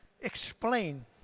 explain